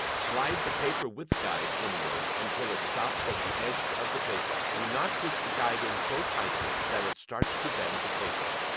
slide the paper width guide inward until it stops at the edge of the paper. do not push the guide in so tightly that it starts to bend the paper.